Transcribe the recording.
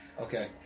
Okay